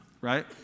right